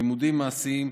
לימודים מעשיים,